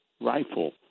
rifle